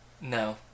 No